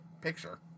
picture